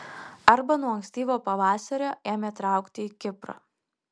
arba nuo ankstyvo pavasario ėmė traukti į kiprą